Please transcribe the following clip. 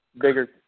bigger